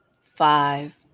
five